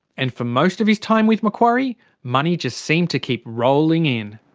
and for most of his time with macquarie money just seemed to keep rolling in.